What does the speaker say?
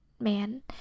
man